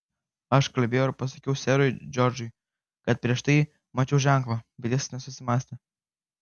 aš kalbėjau ir pasakiau serui džordžui kad prieš tai mačiau ženklą bet jis nesusimąstė